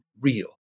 real